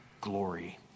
glory